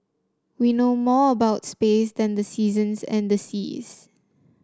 we know more about space than the seasons and the seas